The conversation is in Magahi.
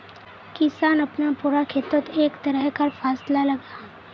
किसान अपना पूरा खेतोत एके तरह कार फासला लगाः